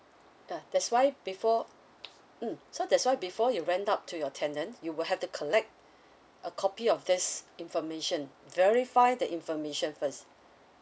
uh that's why before mm so that's why before you rent out to your tenant you will have to collect a copy of this information verify that information first